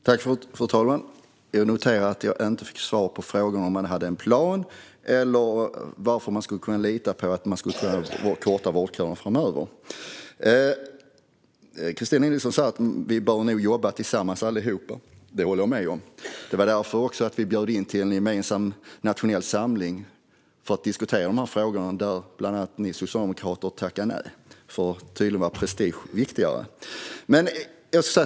Fru talman! Jag noterar att jag inte fick svar på frågorna om man har en plan eller varför vi ska kunna lita på att man kan korta vårdköerna framöver. Kristina Nilsson säger att vi nog bör jobba tillsammans allihop. Det håller jag med om. Det var därför vi bjöd in till en gemensam nationell samling för att diskutera de här frågorna. Bland andra Socialdemokraterna tackade nej. Tydligen var prestige viktigare.